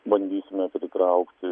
bandysime pritraukti